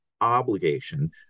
obligation